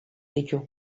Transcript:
ditu